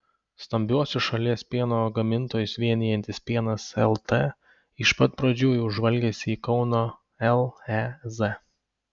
stambiuosius šalies pieno gamintojus vienijantis pienas lt iš pat pradžių jau žvalgėsi į kauno lez